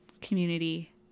community